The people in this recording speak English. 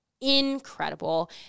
incredible